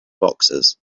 boxes